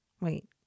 Wait